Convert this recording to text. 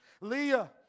Leah